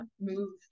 moved